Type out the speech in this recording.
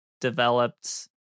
developed